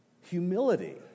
Humility